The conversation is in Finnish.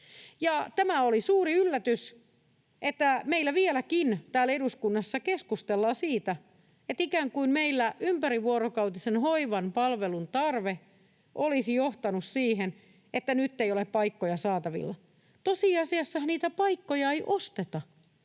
Oli suuri yllätys, että meillä vieläkin täällä eduskunnassa keskustellaan siitä, että ikään kuin meillä ympärivuorokautisen hoivan palvelun tarve olisi johtanut siihen, että nyt ei ole paikkoja saatavilla. Tosiasiassahan niitä paikkoja ei osteta.